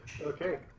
Okay